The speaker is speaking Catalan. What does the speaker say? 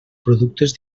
productes